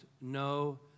no